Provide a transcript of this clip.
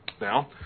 Now